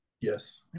Yes